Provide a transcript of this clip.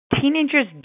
teenagers